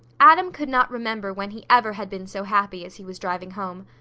adam could not remember when he ever had been so happy as he was driving home.